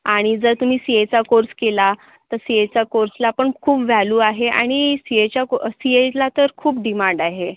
आणि जर तुम्ही सी एचा कोर्स केला तर सी एचा कोर्सला पण खूप व्हॅलू आहे आणि सी एच्या को सी एला तर खूप डिमांड आहे